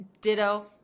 Ditto